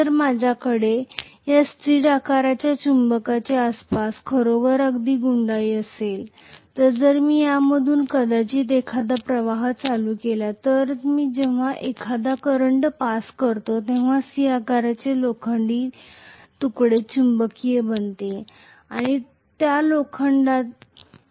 जर माझ्याकडे या C आकाराच्या चुंबकाच्या आसपास खरोखर एखादी गुंडाळी असेल आणि जर मी यामधून कदाचित एखादा प्रवाह चालू केला असेल तरच मी जेव्हा एखादा करंट पास करतो तेव्हाच C आकाराचे लोखंडी तुकडे चुंबकीय बनते आणि तो लोखंडाचा हा तुकडा आकर्षित करेल